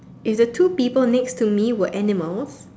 if the two people next to me were animals